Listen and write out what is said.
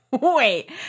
wait